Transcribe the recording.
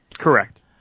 Correct